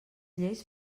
lleis